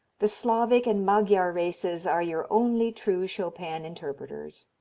the slavic and magyar races are your only true chopin interpreters.